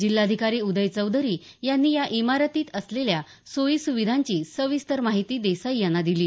जिल्हाधिकारी उदय चौधरी यांनी या इमारतीत असलेल्या सोयी सुविधांची सविस्तर माहिती देसाई यांना दिली